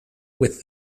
with